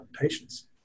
patients